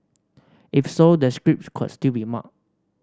if so the scripts could still be marked